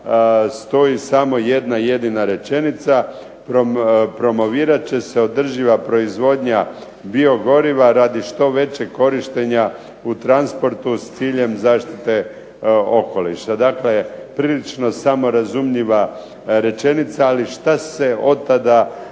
stoji samo jedna jedina rečenica, promovirat će se održiva proizvodnja biogoriva radi što većeg korištenja u transportu s ciljem zaštite okoliša. Dakle prilično samorazumljiva rečenica. Ali šta se otada